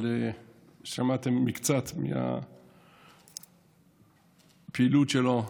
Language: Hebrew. אבל שמעתם מקצת מהפעילות שלו,